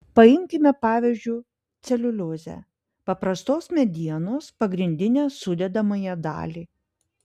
paimkime pavyzdžiu celiuliozę paprastos medienos pagrindinę sudedamąją dalį